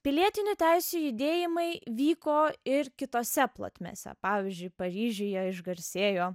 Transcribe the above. pilietinių teisių judėjimai vyko ir kitose plotmėse pavyzdžiui paryžiuje išgarsėjo